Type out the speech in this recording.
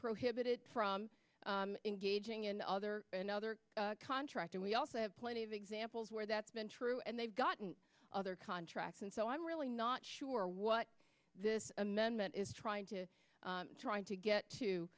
prohibited from engaging in other another contract and we also have plenty of examples where that's been true and they've gotten other contracts and so i'm really not sure what this amendment is trying to trying to get to